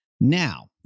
Now